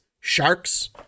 sharks